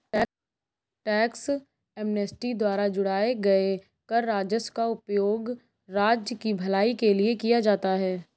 tax amnesty द्वारा जुटाए गए कर राजस्व का उपयोग राज्य की भलाई के लिए किया जाता है